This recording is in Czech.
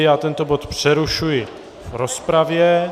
Já tento bod přerušuji v rozpravě.